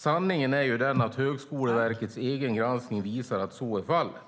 Sanningen är ju den att Högskoleverkets egen granskning visar att så är fallet.